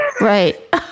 Right